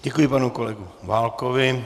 Děkuji, panu kolegu Válkovi.